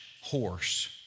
horse